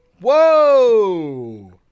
Whoa